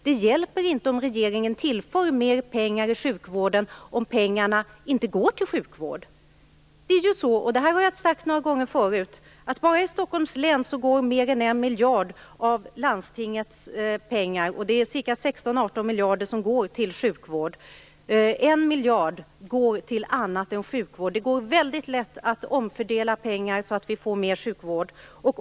Det hjälper inte om regeringen tillför mer pengar till sjukvården om pengarna inte går till sjukvård. Det är så. Det har jag sagt några gånger förut. Bara i Stockholms län går mer än 1 miljard av landstingets pengar, av de ca 16-18 miljarder som går till sjukvård, till annat än sjukvård. Det går väldigt lätt att omfördela pengar så att vi får mer sjukvård.